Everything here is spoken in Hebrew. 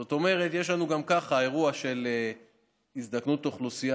זאת אומרת שיש לנו גם ככה אירוע של הזדקנות אוכלוסייה,